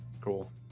Cool